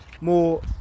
more